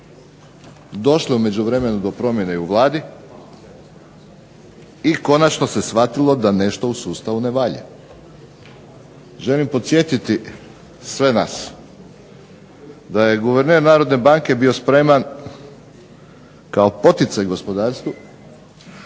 došlo je u međuvremenu do promjene u Vladi, i konačno se shvatilo da nešto u sustavu ne valja. Želim podsjetiti sve nas da je guverner Narodne banke bio spreman kao poticaj gospodarstvu